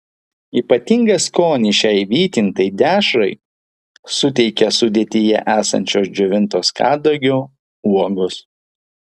ypatingą skonį šiai vytintai dešrai suteikia sudėtyje esančios džiovintos kadagio uogos